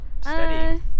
Studying